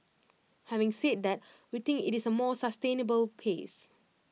having said that we think IT is A more sustainable pace